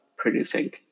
producing